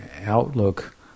outlook